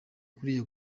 kuriya